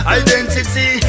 identity